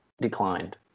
declined